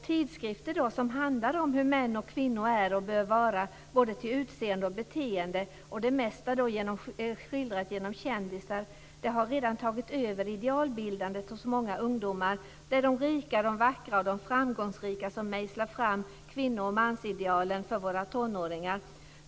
Tidskrifter som handlar om hur män och kvinnor är och bör vara både till utseende och beteende - och det mesta skildrat genom kändisar - har redan tagit över idealbildningen hos många ungdomar. Det är de rika, de vackra och de framgångsrika som mejslar fram kvinno och mansidealet för våra tonåringar.